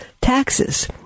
taxes